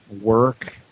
work